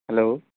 hello